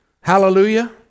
Hallelujah